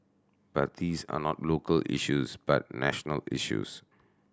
but these are not local issues but national issues